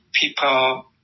people